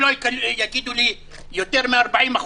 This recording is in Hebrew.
שלא יגידו לי שעברו יותר מ-40%.